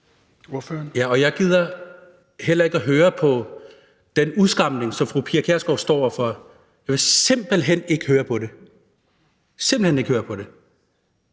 Og jeg gider heller ikke at høre på den udskamning, som fru Pia Kjærsgaard står for. Jeg vil simpelt hen ikke høre på det, simpelt hen ikke høre på det,